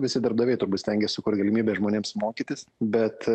visi darbdaviai turbūt stengėsi sukurt galimybę žmonėms mokytis bet